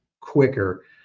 quicker